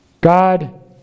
God